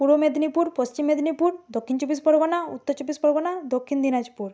পূর্ব মেদিনীপুর পশ্চিম মেদিনীপুর দক্ষিণ চব্বিশ পরগনা উত্তর চব্বিশ পরগনা দক্ষিণ দিনাজপুর